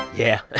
yeah.